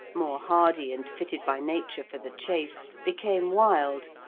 more hardy and fitted by nature for the chase, became wild,